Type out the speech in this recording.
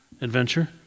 adventure